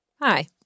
Hi